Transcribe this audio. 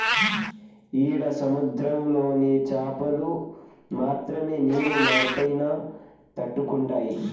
ఈడ సముద్రంలోని చాపలు మాత్రమే నీరు మార్పైనా తట్టుకుంటాయి